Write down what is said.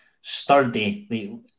sturdy